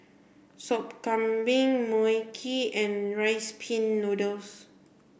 Sop Kambing Mui Kee and rice pin noodles